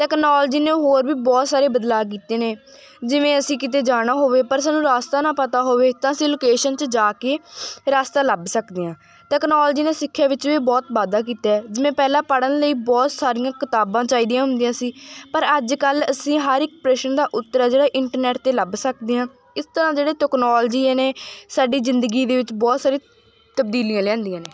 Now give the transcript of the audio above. technology ਨੇ ਹੋਰ ਵੀ ਬਹੁਤ ਸਾਰੇ ਬਦਲਾਅ ਕੀਤੇ ਨੇ ਜਿਵੇਂ ਅਸੀਂ ਕਿਤੇ ਜਾਣਾ ਹੋਵੇ ਪਰ ਸਾਨੂੰ ਰਸਤਾ ਨਾ ਪਤਾ ਹੋਵੇ ਤਾਂ ਅਸੀਂ ਲੋਕੇਸ਼ਨ 'ਚ ਜਾ ਕੇ ਰਸਤਾ ਲੱਭ ਸਕਦੇ ਹਾਂ ਟੈਕਨੋਲਜੀ ਨੇ ਸਿੱਖਿਆ ਵਿੱਚ ਵੀ ਬਹੁਤ ਵਾਧਾ ਕੀਤਾ ਹੈ ਜਿਵੇਂ ਪਹਿਲਾਂ ਪੜ੍ਹਨ ਲਈ ਬਹੁਤ ਸਾਰੀਆਂ ਕਿਤਾਬਾਂ ਚਾਹੀਦੀਆਂ ਹੁੰਦੀਆਂ ਸੀ ਪਰ ਅੱਜ ਕੱਲ੍ਹ ਅਸੀਂ ਹਰ ਇੱਕ ਪ੍ਰਸ਼ਨ ਦਾ ਉੱਤਰ ਆ ਜਿਹੜਾ ਇੰਟਰਨੈਟ 'ਤੇ ਲੱਭ ਸਕਦੇ ਆਂ ਇਸ ਤਰ੍ਹਾਂ ਜਿਹੜੇ ਟੈਕਨੋਲੋਜੀ ਨੇ ਸਾਡੀ ਜ਼ਿੰਦਗੀ ਦੇ ਵਿੱਚ ਬਹੁਤ ਸਾਰੀ ਤਬਦੀਲੀਆਂ ਲਿਆਉਂਦੀਆਂ ਨੇ